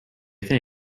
think